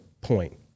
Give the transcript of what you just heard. point